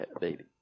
baby